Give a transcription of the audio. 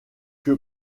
que